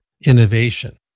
innovation